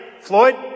Floyd